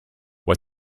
what